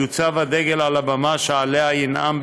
יוצב הדגל על הבמה שעליה ינאם,